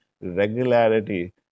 regularity